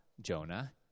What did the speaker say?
Jonah